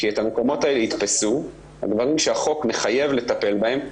כי את המקומות האלה יתפסו הגברים שהחוק מחייב לטפל בהם,